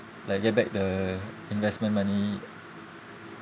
like get back the investment money